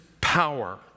power